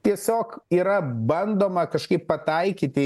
tiesiog yra bandoma kažkaip pataikyti